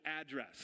address